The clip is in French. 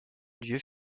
lieu